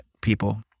people